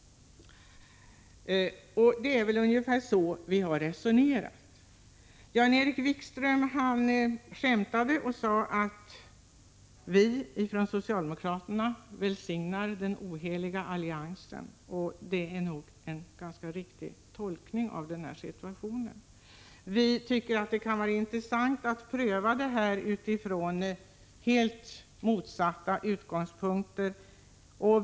Det är ungefär så vi har resonerat. Jan-Erik Wikström skämtade och sade att vi socialdemokrater välsignar den oheliga alliansen. Det är nog en ganska riktig tolkning av situationen. Vi tycker att det kan vara intressant att från helt motsatta utgångspunkter pröva systemet med kulturfonder.